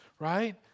right